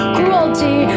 Cruelty